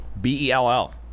B-E-L-L